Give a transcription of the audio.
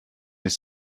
est